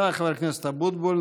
תודה, חבר הכנסת אבוטבול.